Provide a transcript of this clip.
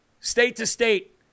state-to-state